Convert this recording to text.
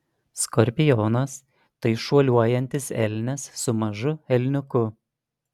skorpionas tai šuoliuojantis elnias su mažu elniuku